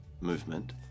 movement